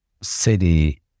city